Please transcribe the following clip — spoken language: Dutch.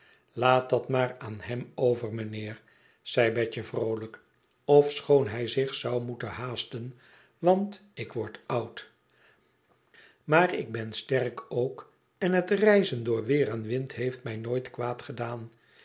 laat dat maar aan hem over mijnheer zei betje vroolijk ofschoon hij zich zou moeten haasten want ik word oud maar ik ben sterk k en het reiden door weer en wind heeft mij nooit